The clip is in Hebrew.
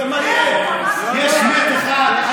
יש מת אחד.